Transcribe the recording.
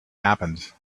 happened